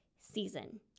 season